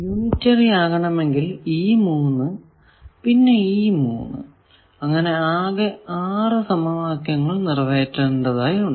unitary ആകണമെങ്കിൽ ഈ മൂന്ന് പിന്നെ ഈ മൂന്ന് അങ്ങനെ ആകെ ആറു സമവാക്യങ്ങൾ നിറവേറ്റേണ്ടതാണ്